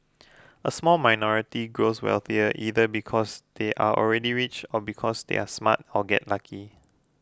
a small minority grows wealthier either because they are already rich or because they are smart or get lucky